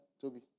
Toby